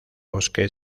bosque